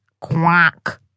Quack